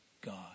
God